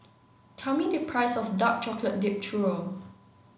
tell me the price of Dark Chocolate Dipped Churro